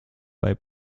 bei